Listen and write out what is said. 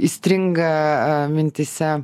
įstringa mintyse